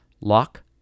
lock